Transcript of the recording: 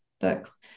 books